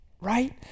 right